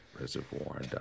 Reservoir